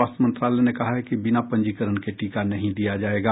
स्वास्थ्य मंत्रालय ने कहा है कि बिना पंजीकरण के टीका नहीं दिया जायेगा